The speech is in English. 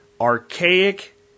archaic